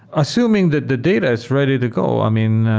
assuming that the data is ready to go, i mean,